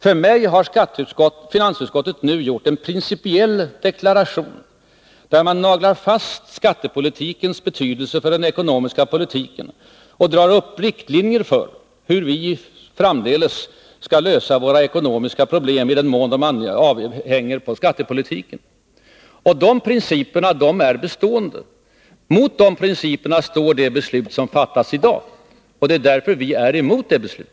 För mig har finansutskottet nu gjort en principiell deklaration, där utskottet naglar fast skattepolitikens betydelse för den ekonomiska politiken och drar upp riktlinjer för hur vi framdeles skall lösa våra ekonomiska problem, i den mån de beror på skattepolitiken. De principerna är bestående. Mot de principerna står det beslut som skall fattas här i dag. Därför är vi mot detta beslut.